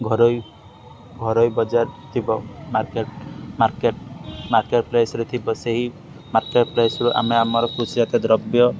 ଘରୋଇ ଘରୋଇ ବଜାର ଥିବ ମାର୍କେଟ୍ ମାର୍କେଟ୍ ମାର୍କେଟ୍ ପ୍ରାଇସ୍ରେ ଥିବ ସେହି ମାର୍କେଟ୍ ପ୍ରାଇସ୍ରୁ ଆମେ ଆମର କୃଷି ଜାତୀୟ ଦ୍ରବ୍ୟ